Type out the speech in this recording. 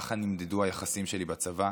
ולא ככה נמדדו היחסים שלי בצבא.